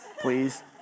please